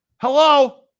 Hello